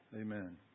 Amen